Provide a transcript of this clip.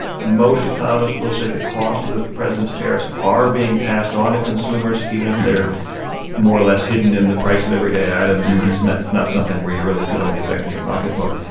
most economists will say the cost of the president's tariffs are being passed on to consumers, even if they're more or less hidden in the price of everyday items, and it's not it's not something where you're really feeling the effect in your pocketbook.